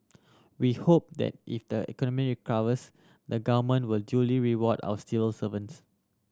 we hope that if the economy recovers the Government will duly reward our still servants